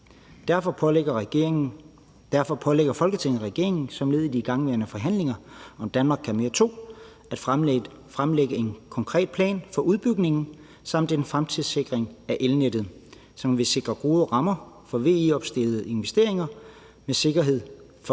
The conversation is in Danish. Derfor pålægger Folketinget regeringen som led i de igangværende forhandlinger om »Danmark kan mere II« at fremlægge en konkret plan for udbygning og en fremtidssikring af elnettet, som vil sikre gode rammer for VE-opstilleres investeringer med sikkerhed for